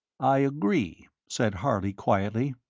i agree, said harley, quietly.